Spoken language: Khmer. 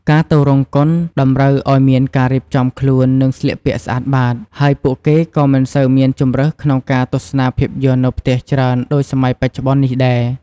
ការទៅរោងកុនតម្រូវឲ្យមានការរៀបចំខ្លួន និងស្លៀកពាក់ស្អាតបាត ហើយពួកគេក៏មិនសូវមានជម្រើសក្នុងការទស្សនាភាពយន្តនៅផ្ទះច្រើនដូចសម័យបច្ចុប្បន្ននេះដែរ។